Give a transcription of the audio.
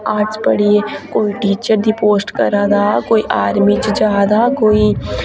arts पढ़ि़यै कोई teacher दी पोस्ट करा दा कोई आर्मी च जा दा कोई